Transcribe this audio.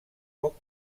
poc